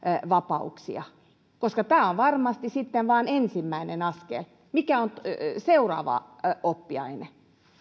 vapauksia koska tämä on sitten varmasti vain ensimmäinen askel mikä on seuraava oppiaine